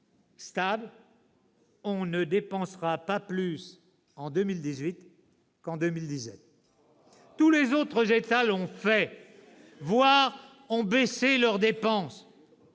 2017 : on ne dépensera pas plus en 2018 qu'en 2017. Tous les autres États l'ont fait, voire ont baissé leurs dépenses.